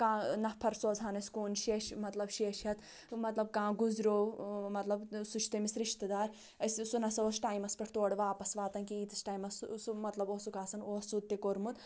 کانٛہہ نَفر سوزہان أسۍ کُن شیش مطلب شیش ہؠتھ مطلب کانٛہہ گُزریو مطلب سُہ چھُ تٔمِس رِشتہٕ دار أسۍ سُہ نسا اوس ٹایمَس پؠٹھ تورٕ واپَس واتان کہِ ییٖتِس ٹایمَس سُہ مطلب اوسُکھ آسان سُہ تہِ کوٚرمُت